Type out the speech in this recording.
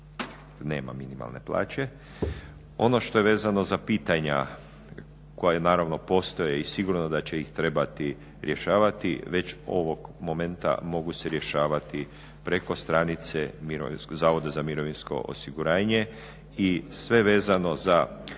Nema minimalne plaće. Ono što je vezano za pitanja koja naravno postoje i sigurno da će ih trebati rješavati već ovog momenta mogu se rješavati preko stranice HZMO-a i sve vezano za